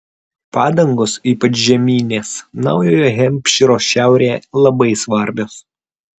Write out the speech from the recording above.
padangos ypač žieminės naujojo hampšyro šiaurėje labai svarbios